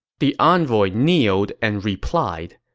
the envoy kneeled and replied,